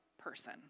person